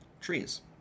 trees